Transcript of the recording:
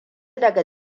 daga